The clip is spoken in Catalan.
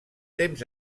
temps